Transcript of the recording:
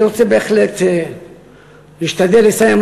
אני רוצה בהחלט להשתדל לסיים,